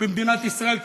במדינת ישראל.